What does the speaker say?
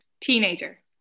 teenager